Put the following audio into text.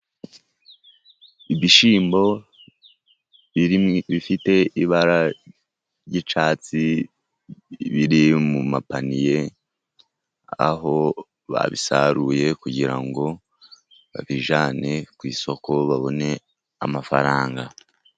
Ibishyimbo bifite ibara ry’icyatsi, biri mu mapaniye, aho babisaruye kugira ngo babijyane ku isoko, babone amafaranga.